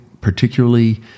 particularly